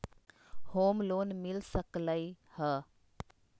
Home loan मिल सकलइ ह?